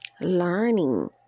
learning